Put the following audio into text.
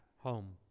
home